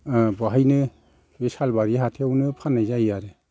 बाहायनो बे सालबारि हाथायावनो फाननाय जायो आरो